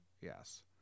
Yes